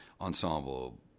ensemble